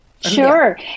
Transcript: Sure